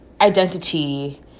identity